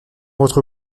votre